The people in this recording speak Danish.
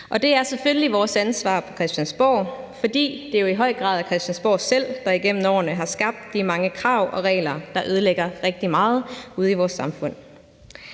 vores ansvar på Christiansborg, fordi det jo i høj grad er Christiansborg selv, der igennem årene har skabt de mange krav og regler, der ødelægger rigtig meget ude i vores samfund.